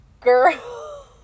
Girl